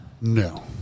No